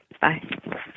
Bye